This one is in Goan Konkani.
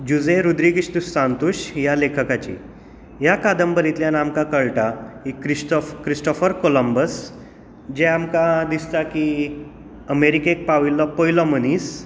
जुजे रूद्रीगीश द सांतूश ह्या लेखकाची ह्या कादंबरेतल्यान आमकां कळटा की क्रिस्ट क्रिस्टोफस कॉलंबस जे आमकां दिसता की अमेरिकेक पाविल्लो पयलो मनीस